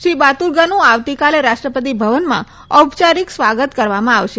શ્રી બાતુલ્ગાનું આવતીકાલે રાષ્ટ્રપતિ ભવનમાં ઔપચારિક સ્વાગત કરવામાં આવશે